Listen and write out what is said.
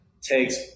takes